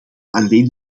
alleen